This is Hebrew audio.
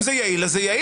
אם זה יעיל, זה יעיל.